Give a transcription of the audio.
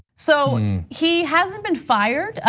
so he hasn't been fired. ah